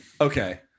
Okay